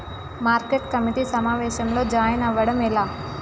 Market committee సమావేశంలో join అవ్వడం ఎలా?